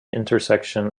intersection